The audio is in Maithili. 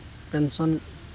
पेन्शन